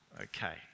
okay